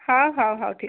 ହ ହ ହଉ ଠିକ୍ଅଛି